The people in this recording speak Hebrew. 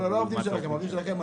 לא העובדים שלכם.